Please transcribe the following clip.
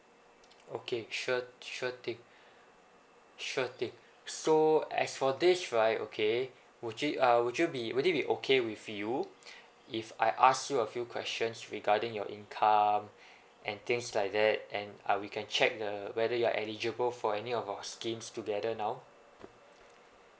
okay sure sure thing sure thing so as for this right okay would you uh would you be would you be okay with you if I ask you a few questions regarding your income and things like that and uh we can check the whether you are eligible for any of our schemes together now